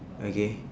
okay